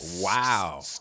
Wow